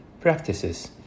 practices